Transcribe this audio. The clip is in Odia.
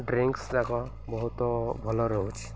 ଡ୍ରିଙ୍କସ ଯାକ ବହୁତ ଭଲ ରହୁଛି